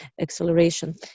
acceleration